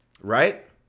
Right